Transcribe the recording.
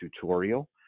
tutorial